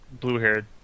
blue-haired